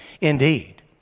indeed